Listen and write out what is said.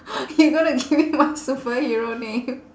you gonna give me my superhero name